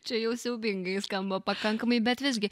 čia jau siaubingai skamba pakankamai bet visgi